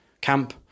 camp